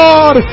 God